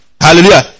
Hallelujah